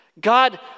God